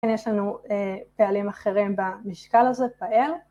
יש לנו פעלים אחרים במשקל הזה, פעל.